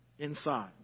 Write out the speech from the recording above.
Inside